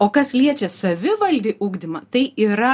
o kas liečia savivaldį ugdymą tai yra